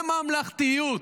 בממלכתיות,